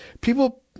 people